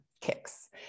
kicks